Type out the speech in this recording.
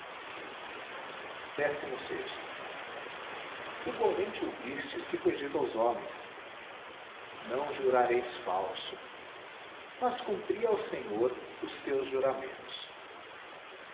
logo gualmente ouvistes que foi dito aos homens não jurareis falso mas cumpri ao senhor os teus juramentos